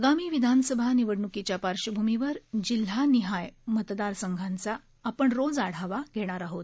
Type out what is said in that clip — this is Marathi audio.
आगामी विधानसभा निवडणुकीच्या पार्श्वभूमीवर जिल्हानिहाय मतदार संघांचा आपण रोज आढावा घेणार आहोत